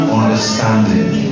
understanding